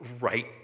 right